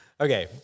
Okay